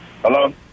Hello